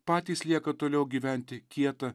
patys lieka toliau gyventi kieta